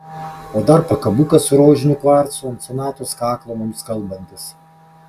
o dar pakabukas su rožiniu kvarcu ant sonatos kaklo mums kalbantis